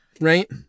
right